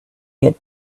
get